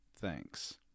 Thanks